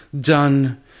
done